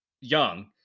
young